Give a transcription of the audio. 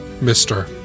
mister